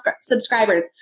subscribers